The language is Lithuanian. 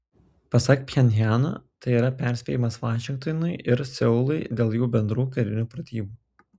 pasak pchenjano tai yra perspėjimas vašingtonui ir seului dėl jų bendrų karinių pratybų